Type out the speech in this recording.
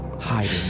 hiding